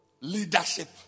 leadership